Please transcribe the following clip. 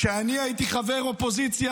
כשאני הייתי חבר אופוזיציה,